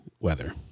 Weather